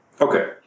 Okay